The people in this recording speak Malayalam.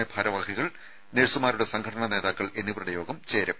എ ഭാരവാഹികൾ നഴ്സുമാരുടെ സംഘടനാ നേതാക്കൾ എന്നിവരുടെ യോഗം ചേരും